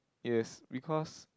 yes because